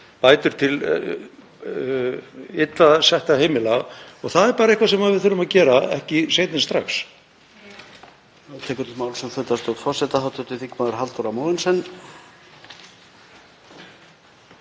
bætur til illa settra heimila. Það er bara eitthvað sem við þurfum að gera ekki seinna en strax.